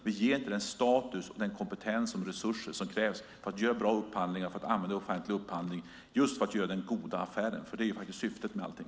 Vi ger dem inte den status, den kompetens och de resurser som krävs för att man ska kunna göra bra upphandlingar och använda offentliga upphandlingar just för att göra den goda affären, som faktiskt är syftet med allting.